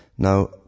Now